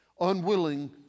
unwilling